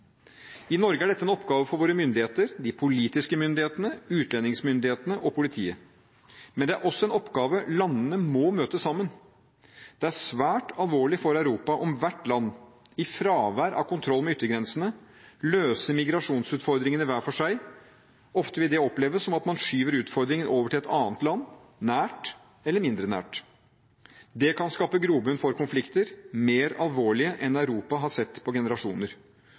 I Norge er dette en oppgave for våre myndigheter – de politiske myndighetene, utlendingsmyndighetene og politiet. Men det er også en oppgave landene må møte sammen. Det er svært alvorlig for Europa om hvert land, i fravær av kontroll med yttergrensene, løser migrasjonsutfordringene hver for seg. Ofte vil det oppleves som at man skyver utfordringene over til et annet land, nært eller mindre nært. Det kan skape grobunn for konflikter, mer alvorlige enn Europa har sett på generasjoner.